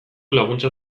laguntza